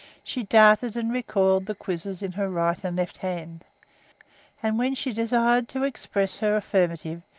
she darted and recoiled the quizzes in her right and left hand and when she desired to express her affirmative,